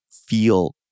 feel